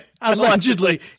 allegedly